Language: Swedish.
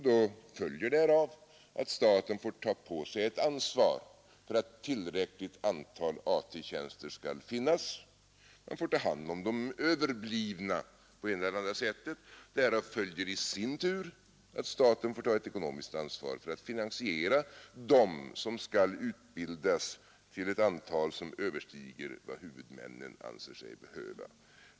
Då följer därav att staten får ta på sig ett ansvar för att ett tillräckligt antal AT-tjänster skall finnas, Man får ta hand om de överblivna på ena eller andra sättet. Därav följer i sin tur att staten får ta ett ekonomiskt ansvar för att finansiera dem som skall utbildas, i den mån antalet överstiger vad huvudmännen anser sig behöva.